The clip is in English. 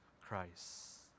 Christ